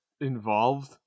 involved